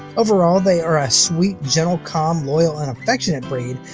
overall they are a sweet, gentle, calm, loyal and affectionate breed,